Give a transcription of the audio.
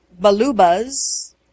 Balubas